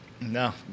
No